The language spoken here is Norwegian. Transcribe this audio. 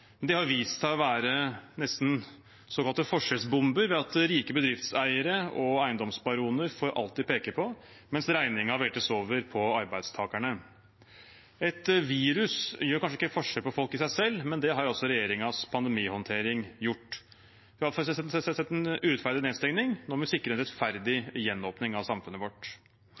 har vist seg å være nesten såkalte forskjellsbomber, ved at rike bedriftseiere og eiendomsbaroner får alt de peker på, mens regningen veltes over på arbeidstakerne. Et virus gjør kanskje ikke forskjell på folk i seg selv, men det har altså regjeringens pandemihåndtering gjort. Vi har iallfall sett en urettferdig nedstengning – nå må vi sikre en rettferdig gjenåpning av samfunnet vårt.